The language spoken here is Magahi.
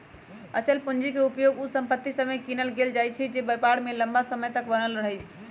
अचल पूंजी के उपयोग उ संपत्ति सभके किनेमें कएल जाइ छइ जे व्यापार में लम्मा समय तक बनल रहइ